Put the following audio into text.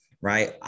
right